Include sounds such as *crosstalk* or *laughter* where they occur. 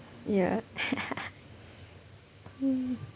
ya *laughs* hmm